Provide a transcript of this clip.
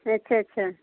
अच्छा अच्छा